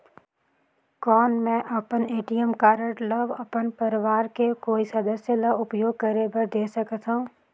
कौन मैं अपन ए.टी.एम कारड ल अपन परवार के कोई सदस्य ल उपयोग करे बर दे सकथव?